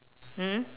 mm